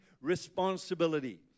responsibility